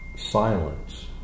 Silence